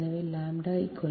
எனவே λ 0